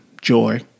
joy